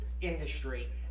industry